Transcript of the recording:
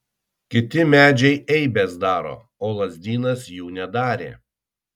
kiti medžiai eibes daro o lazdynas jų nedarė